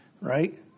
right